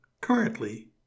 currently